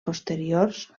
posteriors